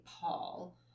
Paul